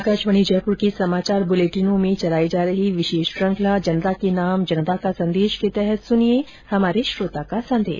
आकाशवाणी जयपुर के समाचार बुलेटिनों में चलाई जा रही विशेष श्रेखंला जनता के नाम जनता का संदेश के तहत सुनिये हमारे श्रोता का संदेश